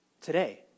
today